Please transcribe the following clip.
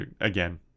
Again